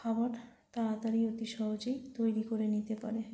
খাবার তাড়াতাড়ি অতি সহজেই তৈরি করে নিতে পারে